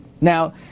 Now